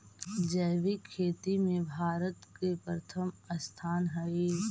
जैविक खेती में भारत के प्रथम स्थान हई